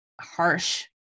harsh